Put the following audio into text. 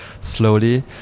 slowly